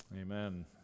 amen